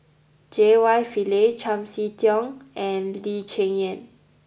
J Y Pillay Chiam See Tong and Lee Cheng Yan